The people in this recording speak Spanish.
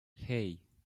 hey